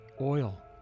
Oil